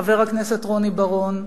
וחבר הכנסת רוני בר-און,